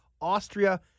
Austria